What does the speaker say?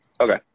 Okay